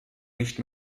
nicht